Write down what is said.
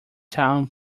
town